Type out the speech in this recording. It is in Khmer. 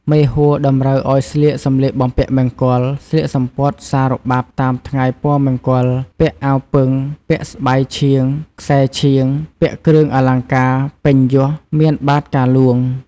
មេហួរ តម្រូវឱ្យស្លៀកសម្លៀកបំពាក់មង្គល ស្លៀកសំពត់សារបាប់តាមថ្ងៃពណ៌មង្គល ពាក់អាវពឹង ពាក់ស្បៃឆៀង ខ្សែរឆៀង ពាក់គ្រឿងអលង្ការពេញយស មានបាតុកាហ្លួង។